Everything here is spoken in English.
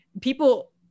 people